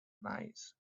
nice